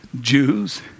Jews